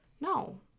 no